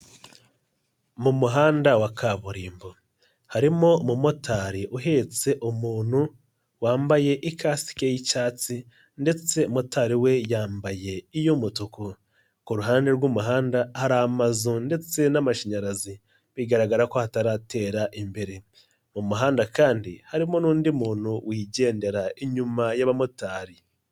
Mu muhanda wa kaburimbo harimo umumotari uhetse umuntu wambaye ikasike y'icyatsi ndetse motari we yambaye iy'umutuku, ku ruhande rw'umuhanda hari amazu ndetse n'amashanyarazi bigaragara ko hataratera imbere, mu muhanda kandi harimo n'undi muntu wigendera inyuma y'abamotari.